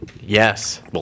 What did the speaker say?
yes